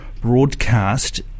broadcast